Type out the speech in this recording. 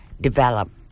develop